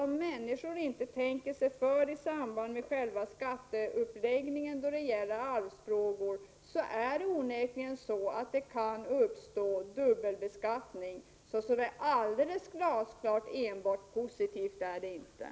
Om människor inte tänker sig för vad gäller skatteuppläggning i samband med arvsfrågor, kan det onekligen uppstå dubbelbeskattning. Således är lagstiftningen inte alldeles glasklart positiv.